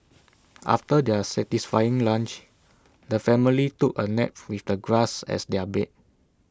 after their satisfying lunch the family took A nap with the grass as their bed